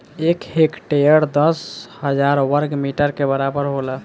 एक हेक्टेयर दस हजार वर्ग मीटर के बराबर होला